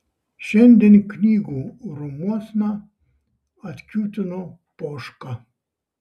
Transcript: šiandien knygų rūmuosna atkiūtino poška